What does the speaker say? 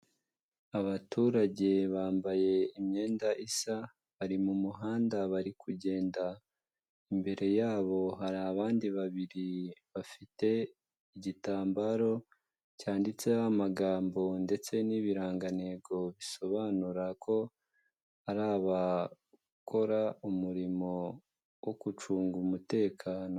Abaturage bambaye imyenda isa bari mu muhanda bari kugenda, imbere yabo hari abandi babiri bafite igitambaro cyanditseho amagambo ndetse n'ibirangantego bisobanura ko hari abakora umurimo wo gucunga umutekano.